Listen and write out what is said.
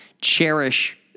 cherish